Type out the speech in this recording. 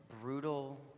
brutal